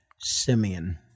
Simeon